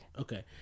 okay